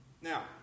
Now